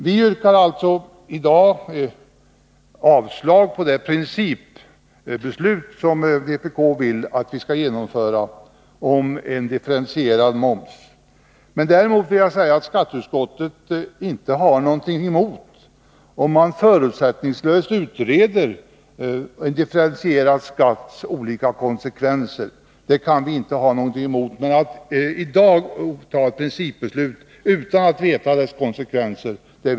Vi yrkar alltså i dag avslag på vpk:s förslag till principbeslut om differentierad moms. Däremot har inte skatteutskottet något emot att man förutsättningslöst utreder de olika konsekvenserna av en differentierad skatt. Men skatteutskottet vill inte vara med om att i dag fatta ett principbeslut utan att veta dess konsekvenser.